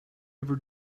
ever